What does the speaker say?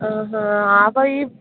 ആ ഹാ അപ്പോൾ ഈ